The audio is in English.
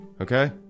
Okay